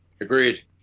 agreed